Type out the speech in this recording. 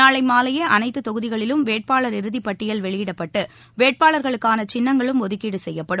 நாளை மாலையே அனைத்து தொகுதிகளிலும் வேட்பாளர் இறுதிப் பட்டியல் வெளியிடப்பட்டு வேட்பாளர்களுக்கான சின்னங்களும் ஒதுக்கீடு செய்யப்படும்